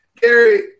Gary